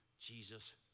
jesus